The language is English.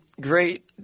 great